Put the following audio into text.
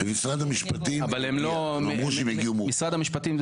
צריך להיות